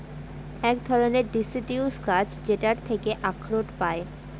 এক ধরনের ডিসিডিউস গাছ যেটার থেকে আখরোট পায়